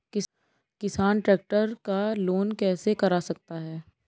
किसान ट्रैक्टर का लोन कैसे करा सकता है?